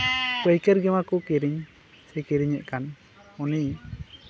ᱯᱟᱹᱭᱠᱟᱹᱨ ᱜᱮᱢᱟ ᱠᱚ ᱠᱤᱨᱤᱧ ᱥᱮ ᱠᱤᱨᱤᱧᱮᱜ ᱠᱟᱱ ᱩᱱᱤ